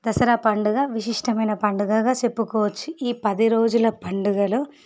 దసరా పండుగ విశిష్టమైన పండుగగా చెప్పుకోవచ్చు ఈ పది రోజుల పండుగలో